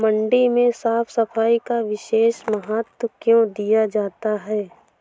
मंडी में साफ सफाई का विशेष महत्व क्यो दिया जाता है?